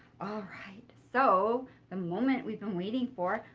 all right. so the moment we've been waiting for.